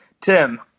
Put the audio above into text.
Tim